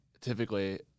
typically